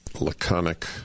laconic